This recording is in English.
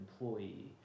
employee